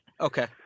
Okay